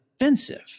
offensive